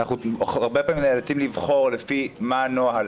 אנחנו הרבה פעמים נאלצים לבחור לפי הנוהל.